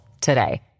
today